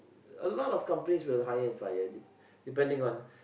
a lot of companies will hire and fire dep~ depending on